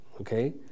Okay